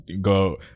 go